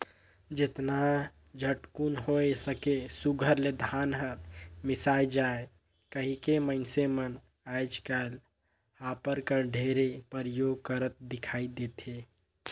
जेतना झटकुन होए सके सुग्घर ले धान हर मिसाए जाए कहिके मइनसे मन आएज काएल हापर कर ढेरे परियोग करत दिखई देथे